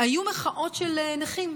היו מחאות של נכים,